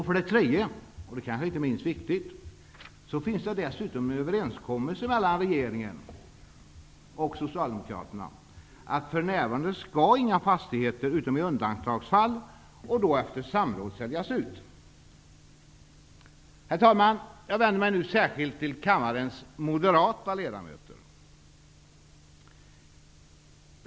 För det tredje -- och det kanske inte är minst viktigt -- finns det en överenskommelse mellan regeringen och Socialdemokraterna om att för närvarande skall inga fastigheter -- utom i undantagsfall, och då efter samråd -- säljas ut. Herr talman! Jag vänder mig nu särskilt till kammarens moderata ledamöter.